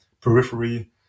periphery